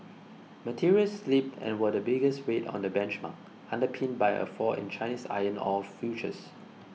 materials slipped and were the biggest weight on the benchmark underpinned by a fall in Chinese iron ore futures